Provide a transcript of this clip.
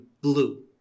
blue